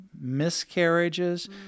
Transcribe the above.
miscarriages